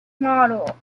model